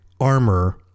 armor